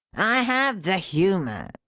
i have the humour,